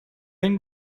این